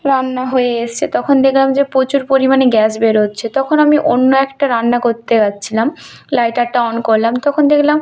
রান্না হয়ে এসেছে তখন দেখলাম যে প্রচুর পরিমাণে গ্যাস বেরোচ্ছে তখন আমি অন্য একটা রান্না করতে যাচ্ছিলাম লাইটারটা অন করলাম তখন দেখলাম